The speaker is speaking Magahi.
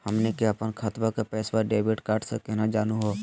हमनी के अपन खतवा के पैसवा डेबिट कार्ड से केना जानहु हो?